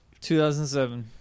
2007